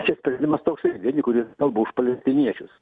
čia sprendimas toks vieni kurie kalba už palestiniečius